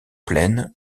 plaine